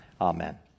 amen